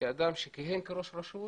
כאדם שכיהן כראש רשות